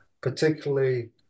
particularly